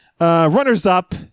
runners-up